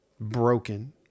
Broken